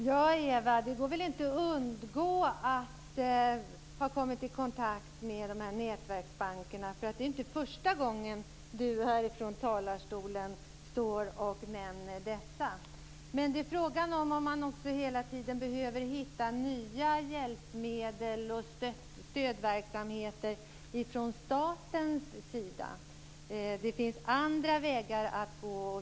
Fru talman! Man kan inte undgå att komma i kontakt med nätverksbankerna. Det är inte första gången som Eva Goës här i talarstolen nämner dessa. Men det är också fråga om man hela tiden behöver hitta nya hjälpmedel och stödverksamheter från statens sida. Det finns andra vägar att gå.